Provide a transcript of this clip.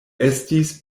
estis